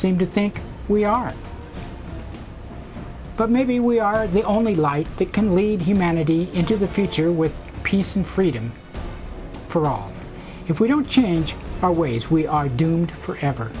seem to think we are but maybe we are the only light that can lead humanity into the future with peace and freedom for all if we don't change our ways we are doomed forever